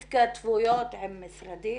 התכתבויות עם משרדים.